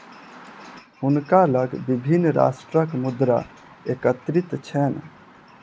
हुनका लग विभिन्न राष्ट्रक मुद्रा एकत्रित छैन